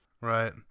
Right